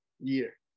year